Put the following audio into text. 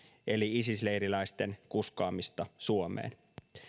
eli isis leiriläisten kuskaamista suomeen